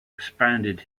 expanded